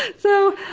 and so,